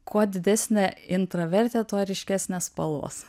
kuo didesnė intravertė tuo ryškesnės spalvos